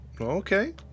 Okay